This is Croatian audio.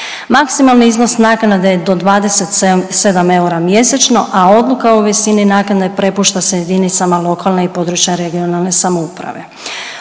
Maksimalni iznos naknade je do 27 eura mjesečno, a Odluka o visini naknade prepušta se jedinicama lokalne i područne (regionalne) samouprave.